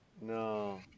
No